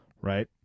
Right